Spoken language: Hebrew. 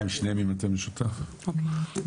שזה נחמד וזה גם באמת מטיל עלינו המון עבודה,